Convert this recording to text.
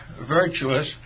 virtuous